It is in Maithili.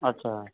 अच्छा